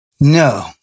No